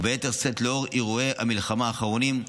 וביתר שאת לנוכח אירועי המלחמה האחרונים,